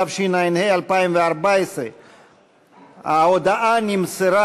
התשע"ה 2014. ההודעה נמסרה